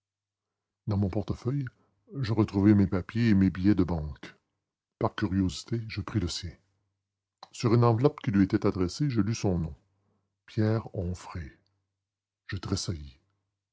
dans mon portefeuille je retrouvai mes papiers et mes billets de banque par curiosité je pris le sien sur une enveloppe qui lui était adressée je lus son nom pierre onfrey je tressaillis